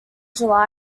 july